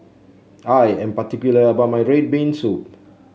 I am particular about my red bean soup